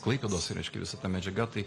klaipėdos reiškia visa ta medžiaga tai